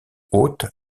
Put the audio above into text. hôte